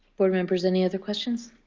board members, any other questions?